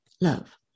love